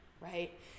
right